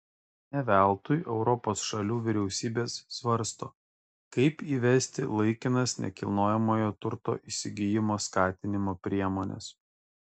ne veltui europos šalių vyriausybės svarsto kaip įvesti laikinas nekilnojamojo turto įsigijimo skatinimo priemones